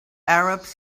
arabs